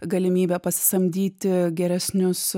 galimybę pasisamdyti geresnius